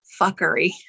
fuckery